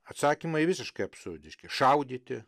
atsakymai visiškai absurdiški šaudyti